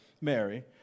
Mary